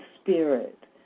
spirit